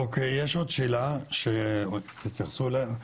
אוקי, יש עוד שאלה שהתייחסו אליה,